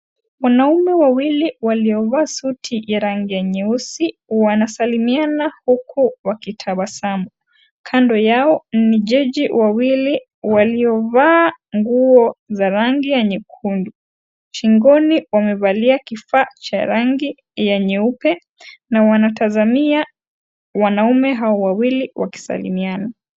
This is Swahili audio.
Wanaume wawili waliovaa suti ya rangi ya nyeusi wanasalimiana huku wakitabasamu , kando yao ni jajii wawili waliovaa nguo za rangi ya nyekundu shingoni wamevalia kifaa cha rangi ya nyeupe na wanatazamia hao wanaume wawili wakisalimiana.